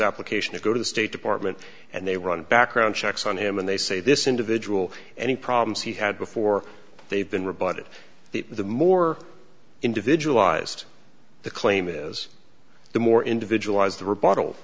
location to go to the state department and they run background checks on him and they say this individual any problems he had before they've been rebutted that the more individualized the claim is the more individualized the rebutt